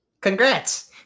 congrats